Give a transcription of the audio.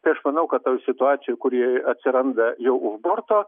tai aš manau kad toj situacijoj kur jie atsiranda jau už borto